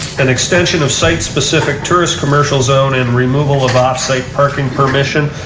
an extension of site-specific turist commercial zone and removal of offsite parking permission.